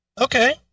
okay